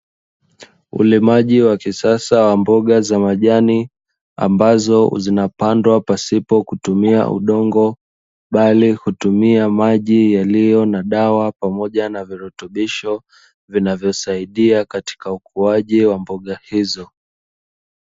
Ulimaji wa kisasa wa mboga za majani ambazo zinapandwa pasipo kutumia udongo, bali hutumia maji yaliyo na dawa pamoja na virutubisho vinavyosaidia katika ukuaji wa mboga hizo.